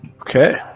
Okay